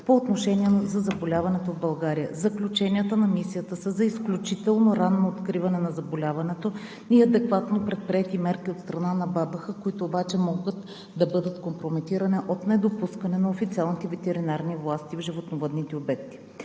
по отношение за заболяването в България. Заключенията на мисията са за изключително ранно откриване на заболяването и адекватно предприети мерки от страна на Българската агенция по безопасност на храните, които обаче могат да бъдат компрометирани от недопускане на официалните ветеринарни власти в животновъдните обекти.